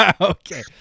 Okay